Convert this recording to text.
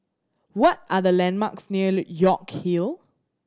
what are the landmarks near York Hill